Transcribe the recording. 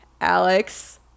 Alex